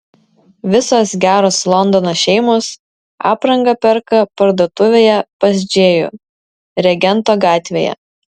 visos geros londono šeimos aprangą perka parduotuvėje pas džėjų regento gatvėje